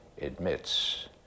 admits